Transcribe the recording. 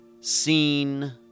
seen